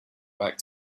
back